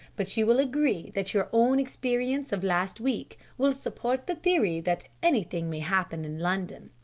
but you will agree that your own experience of last week will support the theory that anything may happen in london.